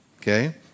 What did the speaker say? Okay